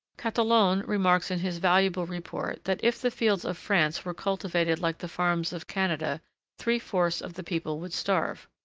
catalogne remarks in his valuable report that if the fields of france were cultivated like the farms of canada three-fourths of the people would starve.